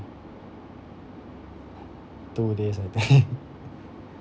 two days I think